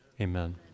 Amen